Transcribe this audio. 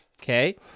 Okay